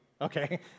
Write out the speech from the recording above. Okay